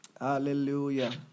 Hallelujah